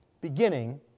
beginning